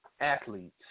athletes